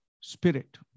spirit